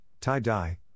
tie-dye